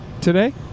Today